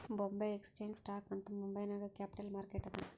ಬೊಂಬೆ exchange stock ಅಂತ್ ಮುಂಬೈ ನಾಗ್ capital market ಅದಾ